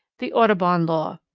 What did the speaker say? the audubon law.